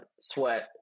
sweat